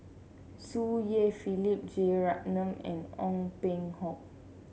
Tsung Yeh Philip Jeyaretnam and Ong Peng Hock